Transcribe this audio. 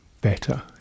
better